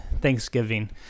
Thanksgiving